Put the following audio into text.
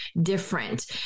different